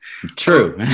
True